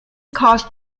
caused